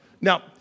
Now